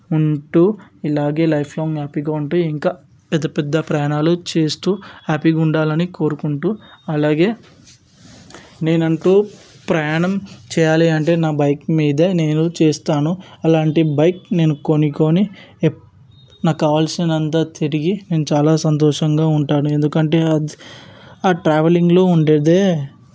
ఉంటూ ఇలాగే లైఫ్లాంగ్ హ్యాపీగా ఉంటే ఇంకా పెద్ద పెద్ద ప్రయాణాలు చేస్తూ హ్యాపీగా ఉండాలని కోరుకుంటూ అలాగే నేను అంటూ ప్రయాణం చేయాలి అంటే నా బైక్ మీదే నేను చేస్తాను అలాంటి బైక్ నేను కొనుక్కొని నాకు కావాల్సినంత తిరిగి నేను చాలా సంతోషంగా ఉంటాను ఎందుకంటే ఆ ట్రావెలింగ్లో ఉండేదే